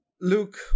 Luke